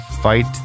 fight